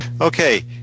Okay